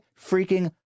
freaking